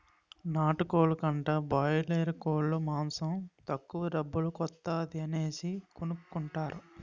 నాటుకోలు కంటా బాయలేరుకోలు మాసం తక్కువ డబ్బుల కొత్తాది అనేసి కొనుకుంటారు